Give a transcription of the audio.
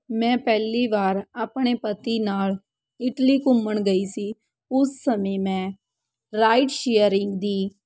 ਮੈਂ ਪਹਿਲੀ ਵਾਰ ਆਪਣੇ ਪਤੀ ਨਾਲ ਇਟਲੀ ਘੁੰਮਣ ਗਈ ਸੀ ਉਸ ਸਮੇਂ ਮੈਂ ਰਾਈਡ ਸ਼ੇਅਰਿੰਗ ਦੀ